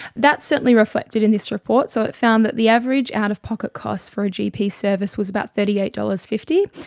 that's certainly reflected in this report. so it found that the average out-of-pocket cost for a gp service was about thirty eight dollars. fifty.